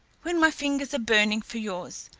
when my fingers are burning for yours,